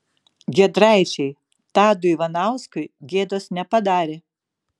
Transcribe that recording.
giedraičiai tadui ivanauskui gėdos nepadarė